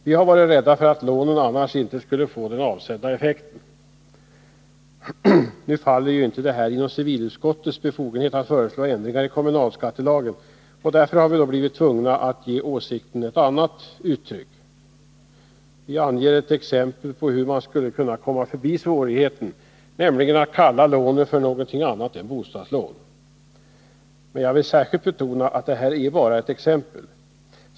Vi har varit rädda för att lånen annars inte skall få den avsedda effekten. Nu faller det ju inte inom ramen för civilutskottets befogenheter att föreslå ändringar i kommunalskattelagen. Vi har därför blivit tvungna att ge uttryck åt åsikten på ett annat sätt — vi anger ett exempel på hur man skulle kunna komma förbi svårigheten, nämligen genom att kalla lånen för något annat än bostadslån. Jag vill särskilt betona att detta bara är ett exempel.